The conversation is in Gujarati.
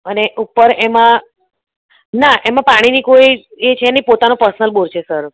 અને ઉપર એમાં ના એમાં પાણીની કોઈ એ છે નહિ પોતાનો પર્સનલ બોર છે સર